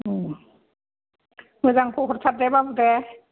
मोजांखौ हरथार दे बाबु दे